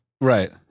Right